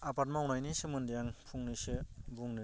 आबाद मावनायनि सोमोन्दै आं फंनैसो बुंनो